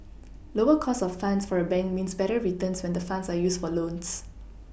lower cost of funds for a bank means better returns when the funds are used for loans